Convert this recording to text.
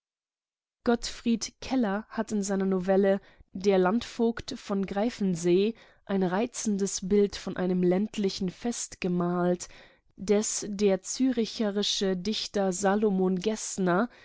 gottfried keller hat in seiner novelle der landvogt von greifensee ein reizendes bild von einem ländlichen fest gemalt das der zürcherische dichter salomon geßner